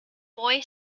boy